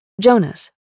Jonas